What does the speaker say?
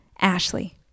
Ashley